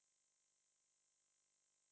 he chill [one]